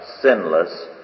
sinless